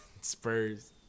spurs